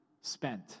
spent